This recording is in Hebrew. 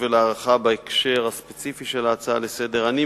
ולהערכה בהקשר הספציפי של ההצעה לסדר-היום.